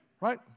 right